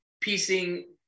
piecing